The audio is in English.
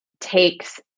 takes